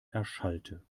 erschallte